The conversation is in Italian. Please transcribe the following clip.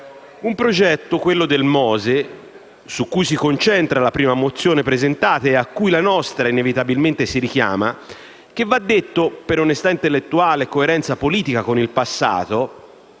Un progetto, quello del MOSE, su cui si concentra la prima mozione presentata e alla quale la nostra inevitabilmente si richiama; progetto che, va detto per onestà intellettuale e coerenza politica con il passato,